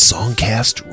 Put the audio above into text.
Songcast